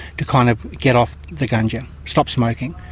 to kind of, get off the gunga stop smoking,